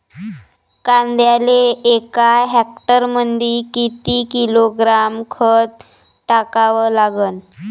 कांद्याले एका हेक्टरमंदी किती किलोग्रॅम खत टाकावं लागन?